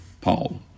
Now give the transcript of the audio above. Paul